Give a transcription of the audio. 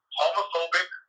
homophobic